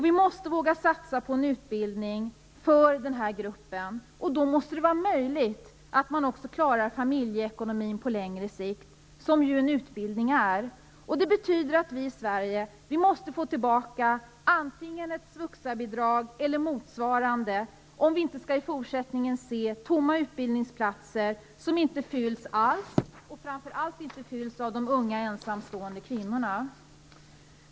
Vi måste våga satsa på en utbildning för den här gruppen som gör det möjligt för dessa kvinnor att klara familjeekonomin på längre sikt. Det betyder att vi i Sverige måste få tillbaka ett svuxa-bidrag eller något motsvarande. Annars kommer vi att få se utbildningsplatser som inte fylls av unga ensamstående kvinnor eller som står helt tomma.